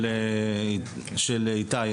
זה בגלל לא הגיוני לדרוש ממישהו למכור משהו בכזאת פרוצדורה.